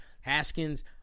Haskins